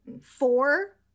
four